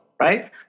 right